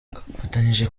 twafatanyije